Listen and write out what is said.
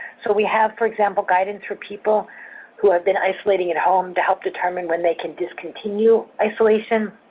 so we have, for example, guidance for people who have been isolating at home to help determine when they can discontinue isolation.